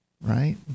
right